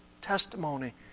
testimony